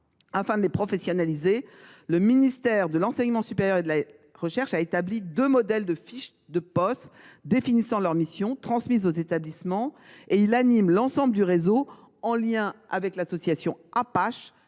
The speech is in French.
Afin de les professionnaliser, le ministère de l’enseignement supérieur et de la recherche a établi deux modèles de fiches de poste définissant leurs missions et transmises aux établissements et il anime l’ensemble du réseau, en lien avec l’Association des